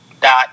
dot